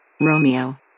Romeo